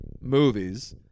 movies